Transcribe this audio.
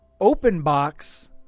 OpenBox